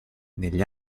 negli